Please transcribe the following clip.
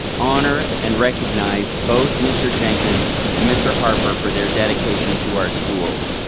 honor, and recognize, both mr. jenkins and mr. harper for their dedication to our schools.